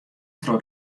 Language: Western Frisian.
troch